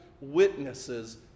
witnesses